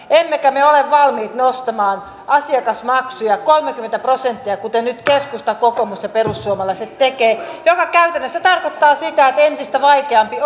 emmekä me ole valmiit nostamaan asiakasmaksuja kolmekymmentä prosenttia kuten nyt keskusta kokoomus ja perussuomalaiset tekevät mikä käytännössä tarkoittaa sitä että entistä vaikeampi